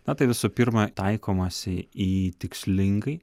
na tai visų pirma taikomasi į jį tikslingai